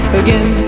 again